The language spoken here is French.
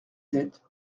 sept